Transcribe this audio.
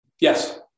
Yes